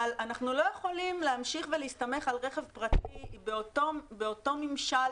אנחנו לא יכולים להמשיך ולהסתמך על רכב פרטי באותו ממשל